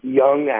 young